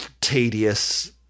tedious